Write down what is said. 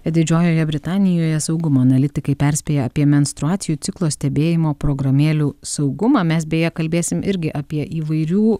didžiojoje britanijoje saugumo analitikai perspėja apie menstruacijų ciklo stebėjimo programėlių saugumą mes beje kalbėsim irgi apie įvairių